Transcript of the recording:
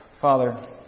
Father